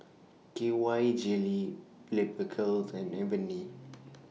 K Y Jelly Blephagel and Avene